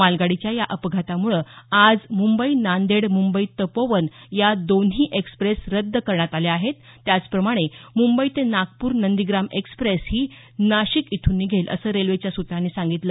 मालगाडीच्या या अपघातामुळे आज मुंबई नांदेड मुंबई तपोवन या दोन्ही एक्सप्रेस रद्द करण्यात आल्या आहेत त्याचप्रमाणे मुंबई ते नागपूर नंदीग्राम एक्सप्रेस ही नाशिक इथून निघेल असं रेल्वेच्या सूत्रांनी सांगितलं